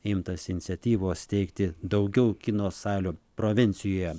imtasi iniciatyvos steigti daugiau kino salių provincijoje